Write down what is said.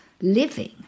living